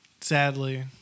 Sadly